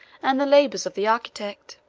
and the labors of the architect.